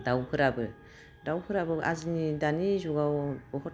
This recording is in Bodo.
दाउफोराबो दाउफोराबो आजिनि दानि जुगाव बुहुत